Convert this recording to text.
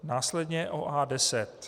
Následně o A10.